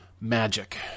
magic